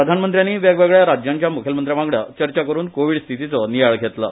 प्रधानमंत्र्यांनी वेगवेगळ्या राज्यांच्या मुखेलमंत्र्या वांगडा चर्चा करून कोवीड स्थितीचो नियाळ घेतलो